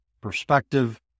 perspective